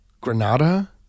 granada